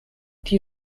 die